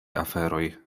aferoj